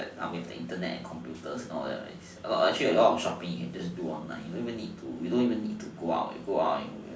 that with the internet and computer and all that actually all shopping you can just do online you don't even need you don't need to go out go out and